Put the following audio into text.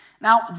Now